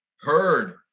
heard